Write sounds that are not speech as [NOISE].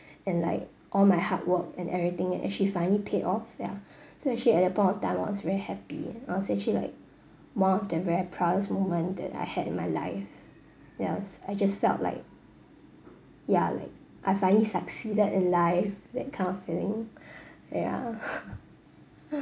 and like all my hard work and everything actually finally paid off ya [BREATH] so actually at the point of time I was very happy ah it was actually like one of the very proudest moment that I had in my life ya I was I just felt like ya like I finally succeeded in life that kind of feeling [BREATH] ya [LAUGHS]